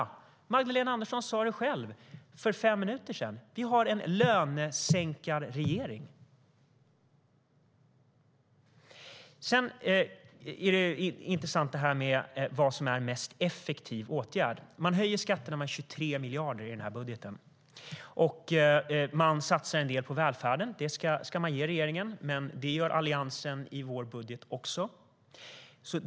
Magdalena Andersson sa det själv för fem minuter sedan. Vi har en lönesänkarregering. Det är intressant vad som är en mest effektiv åtgärd. Regeringen höjer skatterna med 23 miljarder i budgeten och satsar en del på välfärden. Det ska man ge regeringen. Men det gör vi i Alliansen också i vår budget.